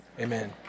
amen